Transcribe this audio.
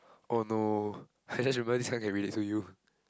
oh no I just remember this kind can read it to you